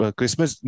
Christmas